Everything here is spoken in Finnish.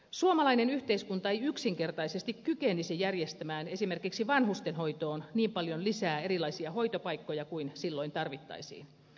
suomalainen yhteiskunta ei yksinkertaisesti kykenisi järjestämään esimerkiksi vanhustenhoitoon niin paljon lisää erilaisia hoitopaikkoja kuin silloin tarvittaisiin